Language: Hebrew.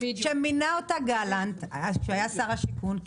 שמינה אותה גלנט בהיותו שר השיכון,